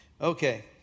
Okay